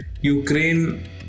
Ukraine